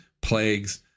plagues